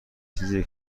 چیزیه